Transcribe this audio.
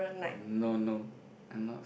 no no I'm not